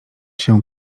się